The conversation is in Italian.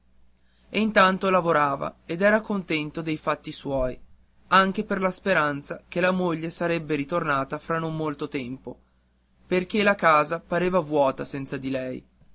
e intanto lavorava ed era contento dei fatti suoi anche per la speranza che la moglie sarebbe ritornata fra non molto tempo perché la casa pareva vuota senza di lei